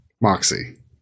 Moxie